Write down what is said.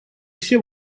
все